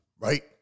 right